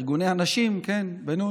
לפני שאתה מציג, אתה מאמין בזה?